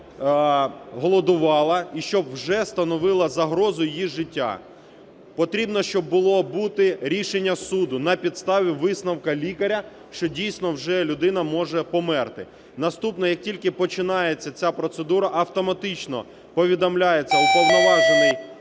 голодувала і щоб вже становило загрозу її життю. Потрібно, щоб було бути рішення суду на підставі висновку лікаря, що дійсно вже людина може померти. Наступне, як тільки починається ця процедура, автоматично повідомляється Уповноважений